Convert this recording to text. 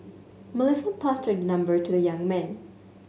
Melissa passed her number to the young man